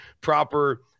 proper